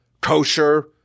kosher